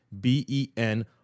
B-E-N